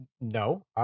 No